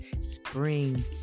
spring